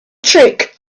trick